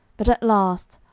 but at last,